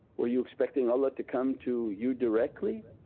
were you expecting allah to come to you directly,